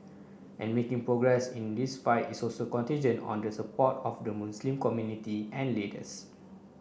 and making progress in this fight is also contingent on the support of the Muslim community and leaders